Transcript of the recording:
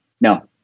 No